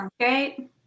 Okay